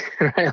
Right